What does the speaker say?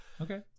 Okay